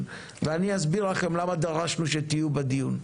ואני אסביר לכם למה דרשנו שתהיו בדיון,